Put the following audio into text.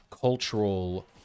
cultural